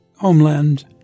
homeland